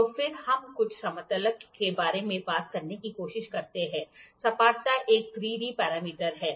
तो फिर हम कुछ समतलता के बारे में बात करने की कोशिश करते हैं सपाटता एक 3 डी पैरामीटर है